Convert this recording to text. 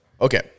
Okay